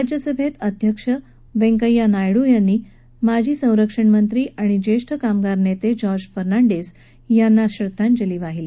राज्यसभेत अध्यक्ष वैंकय्या नायडू यांनी माजी संरक्षणमंत्री आणि ज्येष्ठ कामगार नेते जार्ज फर्नांडीस यांनी श्रद्धांजली वाहिली